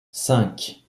cinq